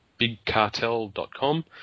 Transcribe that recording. bigcartel.com